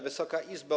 Wysoka Izbo!